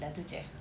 dah tu jer